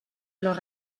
los